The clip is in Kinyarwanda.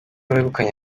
wegukanye